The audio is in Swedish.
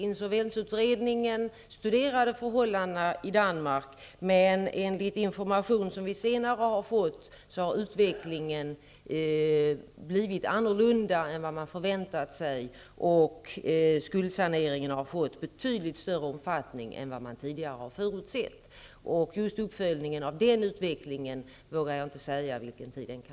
Insolvensutredningen studerade förhållandena i Danmark, men enligt senare information har utvecklingen blivit en annan än den som man förväntade sig. Skuldsaneringen har fått betydligt större omfattning än vad man förutsåg. Den tid som uppföljningen av detta kan ta vågar jag inte uttala mig om.